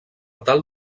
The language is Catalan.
tal